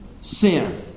sin